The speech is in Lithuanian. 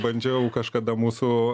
bandžiau kažkada mūsų